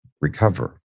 recover